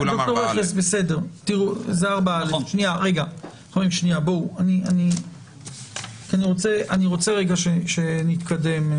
כולם 4א. חברים, אני רוצה שנתקדם.